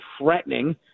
threatening